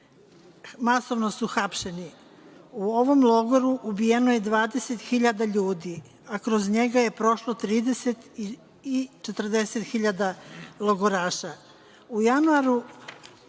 masovno su hapšeni. U ovom logoru ubijeno je 20.000 ljudi, a kroz njega je prošlo 30.000/40.000 logoraša.U